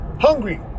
Hungry